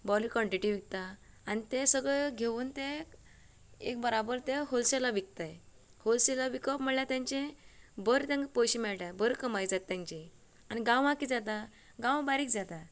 बरी कॉन्टिटी विकतात आनी तें सगळें घेवून ते एक बराबर तें होलसेलांत विकताय होलसेलांत विकप म्हणल्यार तेंचे बरें तेंका पयशें मेळटाय बरी कमाई जाता तेंची आनी गांवांत कितें जाता गांवांत बारीक जाता